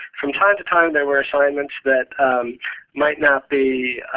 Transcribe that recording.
from time to time there were assignments that might not be